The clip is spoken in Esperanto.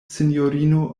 sinjorino